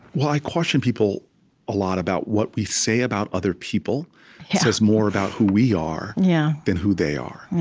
well, i question people a lot about what we say about other people yeah says more about who we are yeah than who they are.